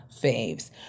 faves